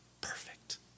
perfect